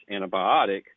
antibiotic